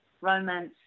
romance